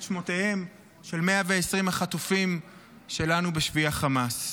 את שמותיהם של 120 החטופים שלנו בשבי החמאס.